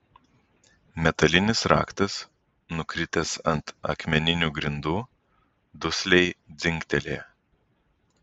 metalinis raktas nukritęs ant akmeninių grindų dusliai dzingtelėjo